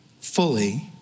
fully